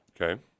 Okay